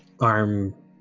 arm